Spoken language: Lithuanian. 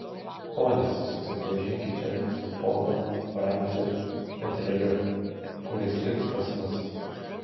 ponios susipažinkite su ponu franciu petreliu kuris liks pas mus